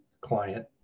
client